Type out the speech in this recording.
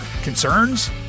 concerns